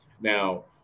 Now